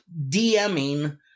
DMing